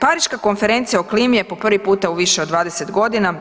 Pariška konferencija o klimi je po prvi puta u više od 20 godina